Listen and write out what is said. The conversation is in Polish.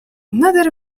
nader